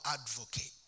advocate